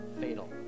fatal